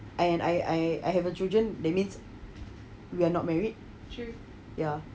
and I I I have a children that means we're not married ya